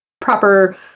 proper